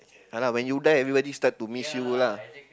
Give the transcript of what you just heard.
ya lah when you die everybody start to miss you lah